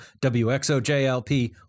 WXOJLP